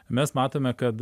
mes matome kad